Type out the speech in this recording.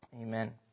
Amen